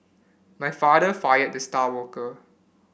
my father fired the star worker